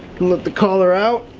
and flip the collar out.